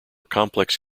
complex